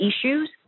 issues